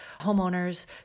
homeowners